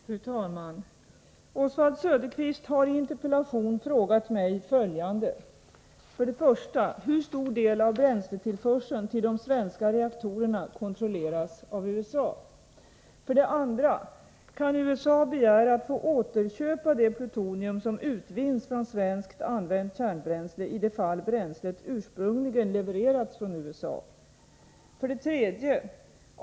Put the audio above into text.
Fru talman! Oswald Söderqvist har i interpellation frågat mig följande: 1. Hur stor del av bränsletillförseln till de svenska reaktorerna kontrolleras 2. Kan USA begära att få återköpa det plutonium som utvinns från svenskt använt kärnbränsle i de fall bränslet ursprungligen levererats från USA? 3.